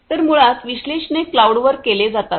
तर मुळात विश्लेषणे क्लाऊडवर केले जातात